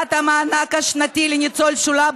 הגדלת המענק השנתי לניצולי שואה,